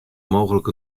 mooglik